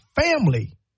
family